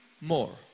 more